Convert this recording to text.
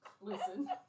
Listen